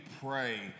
pray